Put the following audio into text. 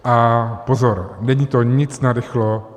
A pozor, není to nic narychlo.